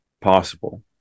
possible